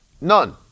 None